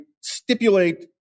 stipulate